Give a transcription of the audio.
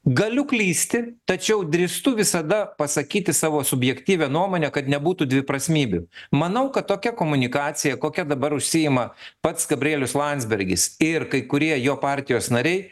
galiu klysti tačiau drįstu visada pasakyti savo subjektyvią nuomonę kad nebūtų dviprasmybių manau kad tokia komunikacija kokia dabar užsiima pats gabrielius landsbergis ir kai kurie jo partijos nariai